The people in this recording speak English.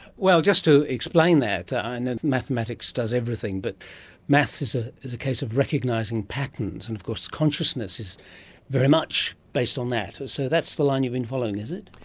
well, just to explain that, i know mathematics does everything, but maths is ah is a case of recognising patterns. and of course consciousness is very much based on that. so that's the line you've been following, is it?